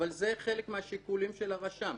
אבל זה חלק מהשיקולים של הרשם.